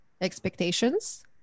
expectations